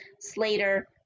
Slater